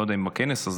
לא יודע אם בכנס הזה,